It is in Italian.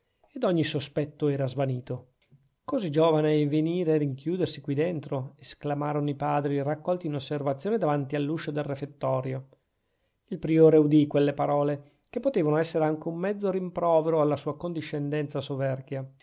ed ogni sospetto era svanito così giovane e venire a rinchiudersi qui dentro esclamarono i padri raccolti in osservazione davanti all'uscio del refettorio il priore udì quelle parole che potevano essere anche un mezzo rimprovero alla sua condiscendenza soverchia